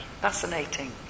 fascinating